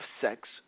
sex